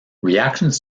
reactions